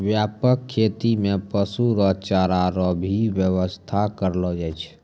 व्यापक खेती मे पशु रो चारा रो भी व्याबस्था करलो जाय छै